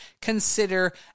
consider